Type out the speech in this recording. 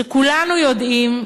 שכולנו יודעים,